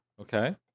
Okay